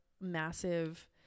massive